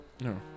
No